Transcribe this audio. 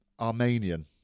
Armenian